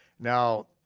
now,